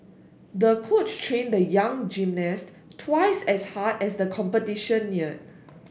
the coach trained the young gymnast twice as hard as the competition neared